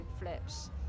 flips